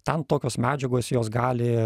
ten tokios medžiagos jos gali